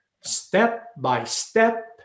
Step-by-step